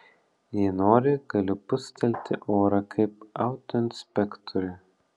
jei nori galiu pūstelti orą kaip autoinspektoriui